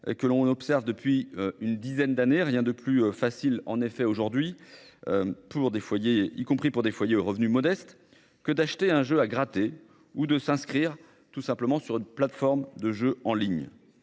que l'on observe depuis une dizaine d'années. Rien de plus facile en effet aujourd'hui. Pour des foyers y compris pour des foyers aux revenus modestes que d'acheter un jeu à gratter ou de s'inscrire tout simplement sur une plateforme de jeux en ligne.